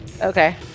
Okay